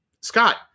Scott